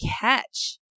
catch